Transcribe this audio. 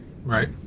Right